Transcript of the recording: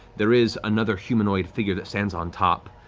there is another humanoid figure that stands on top,